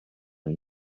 and